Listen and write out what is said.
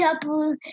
double